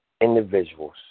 individuals